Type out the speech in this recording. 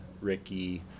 Ricky